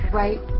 right